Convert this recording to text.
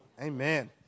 Amen